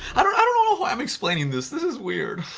i don't i don't know why i'm explaining this. this is weird.